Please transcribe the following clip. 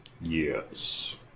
Yes